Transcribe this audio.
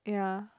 ya